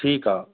ठीकु आहे